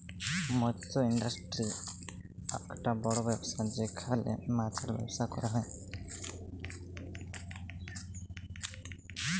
মৎস ইন্ডাস্ট্রি আককটা বড় ব্যবসা যেখালে মাছের ব্যবসা ক্যরা হ্যয়